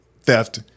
theft